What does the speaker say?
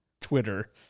Twitter